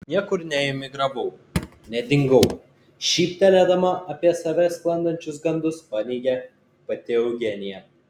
niekur neemigravau nedingau šyptelėdama apie save sklandančius gandus paneigė pati eugenija